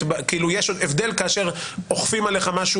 יש עוד הבדל כאשר אוכפים עליך משהו